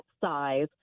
size